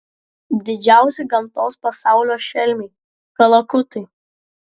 didžiausi gamtos pasaulio šelmiai kalakutai